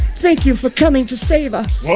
thank you for coming to save us